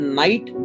night